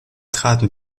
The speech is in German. traten